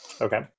Okay